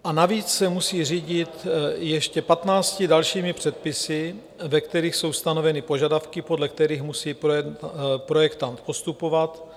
A navíc se musí řídit ještě 15 dalšími předpisy, ve kterých jsou stanoveny požadavky, podle kterých musí projektant postupovat.